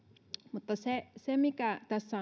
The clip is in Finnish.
mutta tässä